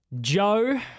Joe